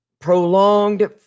prolonged